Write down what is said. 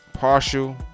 Partial